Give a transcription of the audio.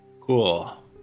Cool